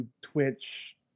twitch